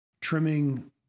trimming